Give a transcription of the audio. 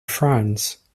france